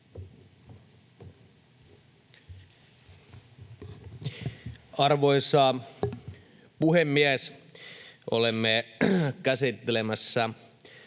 Arvoisa puhemies! Olemme käsittelemässä